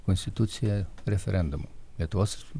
konstitucija referendumu lietuvos